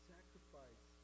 Sacrifice